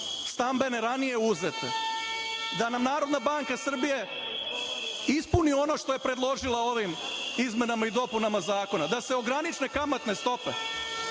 stambene ranije uzete, da nam Narodna banka Srbije ispuni ono što je predložila ovim izmenama i dopunama zakona, da se ograniče kamatne stope,